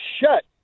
shut